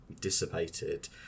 dissipated